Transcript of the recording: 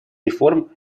реформ